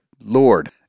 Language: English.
Lord